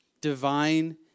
divine